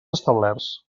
establerts